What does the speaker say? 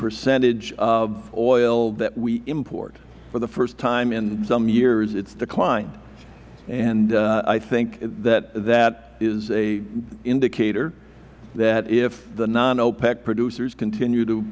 percentage of oil that we import for the first time in some years it has declined and i think that is an indicator that if the non opec producers continue